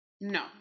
no